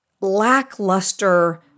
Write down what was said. lackluster